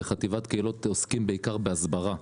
בחטיבת קהילות עוסקים בעיקר בהסברה.